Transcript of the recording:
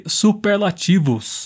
superlativos